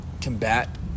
combat